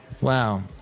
Wow